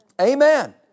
Amen